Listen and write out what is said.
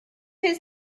his